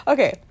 Okay